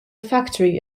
factory